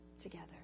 together